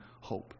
hope